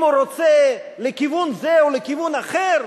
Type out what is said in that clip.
אם הוא רוצה לכיוון זה או לכיוון אחר?